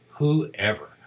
whoever